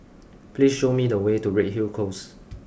please show me the way to Redhill Close